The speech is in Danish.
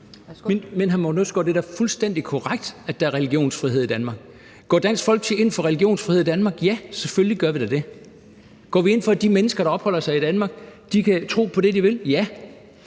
Men hr. Morten Østergaard, det er da fuldstændig korrekt, at der er religionsfrihed i Danmark. Går Dansk Folkeparti ind for religionsfrihed i Danmark? Ja, selvfølgelig gør vi da det. Går vi ind for, at de mennesker, der opholder sig i Danmark, kan tro på det, de vil? Ja.